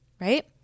right